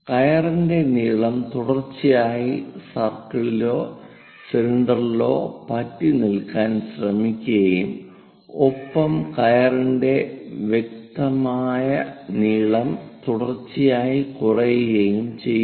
കയറിന്റെ നീളം തുടർച്ചയായി സർക്കിളിലോ സിലിണ്ടറിലോ പറ്റിനിൽക്കാൻ ശ്രമിക്കുകയും ഒപ്പം കയറിന്റെ വ്യക്തമായ നീളം തുടർച്ചയായി കുറയുകയും ചെയ്യുന്നു